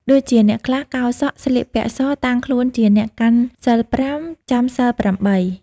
ដូចជាអ្នកខ្លះកោរសក់ ស្លៀកសពាក់ស តាំងខ្លួនជាអ្នកកាន់សីលប្រាំ ចាំសីលប្រាំបី ។